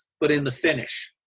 but in the finish.